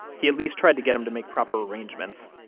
he at least tried to get him to make proper arrangements.